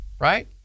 right